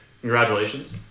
Congratulations